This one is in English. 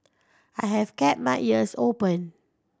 I have kept my ears open